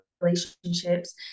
relationships